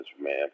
man